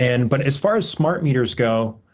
and but, as far as smart meters go,